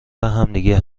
همدیگه